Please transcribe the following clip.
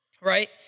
right